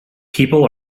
people